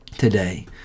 today